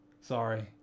Sorry